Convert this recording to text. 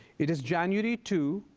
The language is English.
it is january two,